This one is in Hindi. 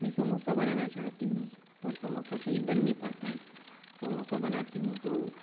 मैं समोसा बनाना चाहती हूँ पर समोसा सही बन नहीं पाता है समोसा बनाती हूँ तो